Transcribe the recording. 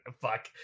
fuck